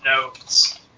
notes